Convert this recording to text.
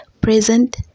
present